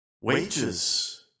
wages